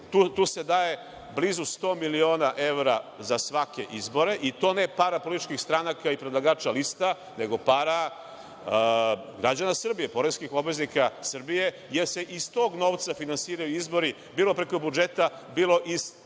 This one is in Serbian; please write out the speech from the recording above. tu se daje blizu sto miliona evra za svake izbore, i to ne para političkih stranaka i predlagača lista, nego para građana Srbije, poreskih obveznika Srbije jer se iz tog novca finansiraju izbori, bilo preko budžeta, bilo iz